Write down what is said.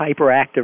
hyperactive